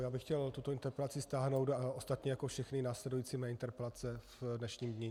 Já bych chtěl tuto interpelaci stáhnout, ostatně jako všechny následující mé interpelace v dnešním dni.